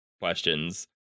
questions